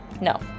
No